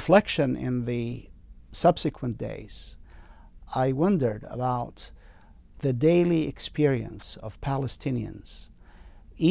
reflection in the subsequent days i wondered about the daily experience of palestinians